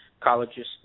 colleges